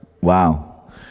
Wow